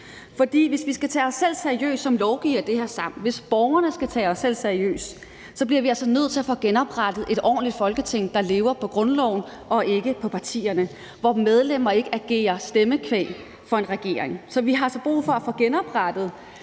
borgerne skal tage os seriøst, bliver vi altså nødt til at få genoprettet et ordentligt Folketing, der lever på grundloven og ikke på partierne, og hvor medlemmer ikke agerer stemmekvæg for en regering. Så vi har altså brug for at få genoprettet